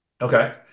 Okay